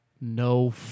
no